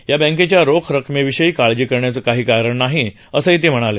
या बँकेच्या रोख रकमे विषयी काळजी करण्याचं काही कारण नाही असंही ते म्हणाले